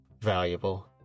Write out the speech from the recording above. valuable